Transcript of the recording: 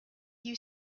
you